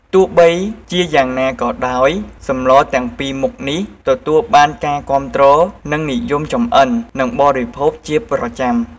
ទោះបីជាយ៉ាងណាក៍ដោយសម្លទាំងពីរមុខនេះ ទទួលបានការគាំទ្រ និងនិយមចម្អិននិងបរិភោគជាប្រចាំ។